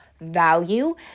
value